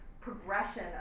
progression